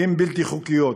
הן בלתי חוקיות.